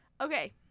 Okay